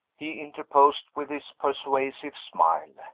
he interposed, with his persuasive smile.